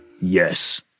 Yes